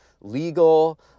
Legal